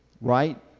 right